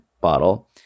bottle